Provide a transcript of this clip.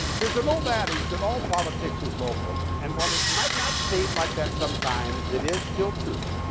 there's an old adage that all politics is local. and while it might not seem like that, sometimes it is still true.